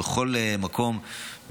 בכל מקום,